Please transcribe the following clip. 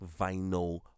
vinyl